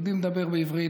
היהודי מדבר בעברית,